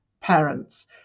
parents